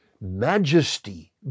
majesty